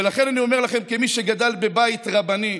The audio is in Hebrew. ולכן, אני אומר לכם, כמי שגדל בבית רבני,